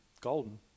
golden